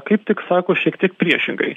kaip tik sako šiek tiek priešingai